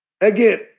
Again